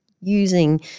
using